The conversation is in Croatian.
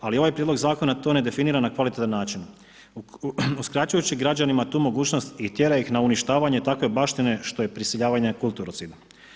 Ali ovaj Prijedlog zakona to ne definira na kvalitetan način uskraćujući građanima tu mogućnost i tjera ih na uništavanje takve baštine što je prisiljavanje kulturocidno.